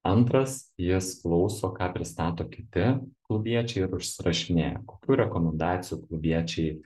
antras jis klauso ką pristato kiti klubiečiai ir užsirašinėja kokių rekomendacijų klubiečiai